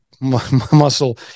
muscle